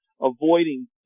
avoiding